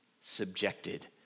subjected